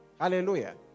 hallelujah